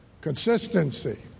Consistency